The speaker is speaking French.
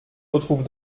retrouve